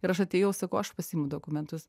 ir aš atėjau sakau aš pasiimu dokumentus